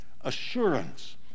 Assurance